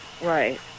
Right